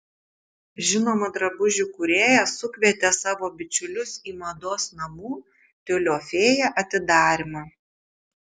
žinoma drabužių kūrėja sukvietė savo bičiulius į mados namų tiulio fėja atidarymą